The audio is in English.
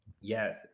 Yes